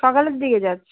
সকালের দিকে যাচ্ছি